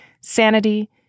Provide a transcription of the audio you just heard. sanity